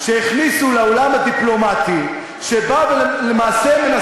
אתה אולי לא מבין את זה, אבל זה המצב.